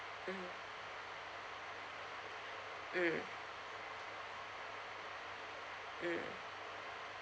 mmhmm mm mm